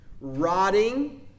rotting